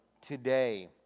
today